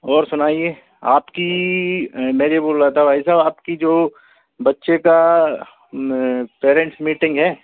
और सुनाइए आपकी मैं ये बोल रहा था भाई साहब आपकी जो बच्चे का पेरेंट्स मीटिंग है